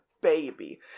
baby